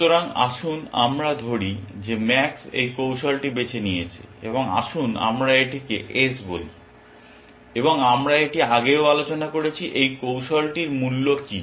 সুতরাং আসুন আমরা ধরি যে ম্যাক্স এই কৌশলটি বেছে নিয়েছে এবং আসুন আমরা এটিকে S বলি এবং আমরা এটি আগেও আলোচনা করেছি এই কৌশলটির মূল্য কী